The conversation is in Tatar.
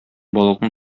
балыкны